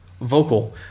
vocal